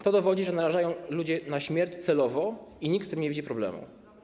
To dowodzi, że narażają ludzi na śmierć celowo i nikt w tym nie widzi problemu.